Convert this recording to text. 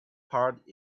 part